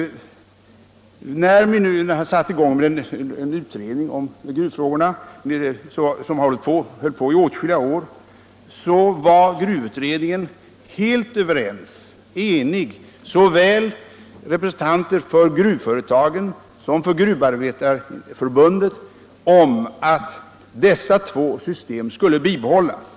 Det tillsattes en utredning om gruvfrågorna, som arbetade i åtskilliga år. Och gruvutredningen var helt enig — såväl representanter för gruvföretagen som för Gruvindustriarbetareförbundet — om att dessa två system skulle bibehållas.